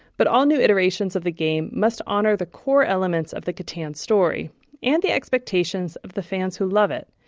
but all new iterations of the game should honor the core elements of the catan story and the expectations of the fans who love it.